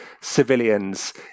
civilians